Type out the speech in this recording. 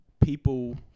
people